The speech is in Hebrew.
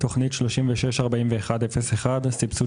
תוכנית 3630/01, תוכנית